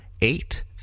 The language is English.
eight